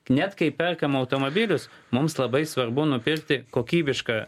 net kai perkam automobilius mums labai svarbu nupirkti kokybišką